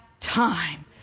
time